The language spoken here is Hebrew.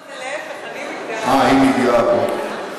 לא, זה להפך, אני מתגאה בו.